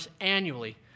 annually